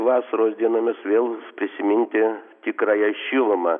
vasaros dienomis vėl prisiminti tikrąją šilumą